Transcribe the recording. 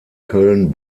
köln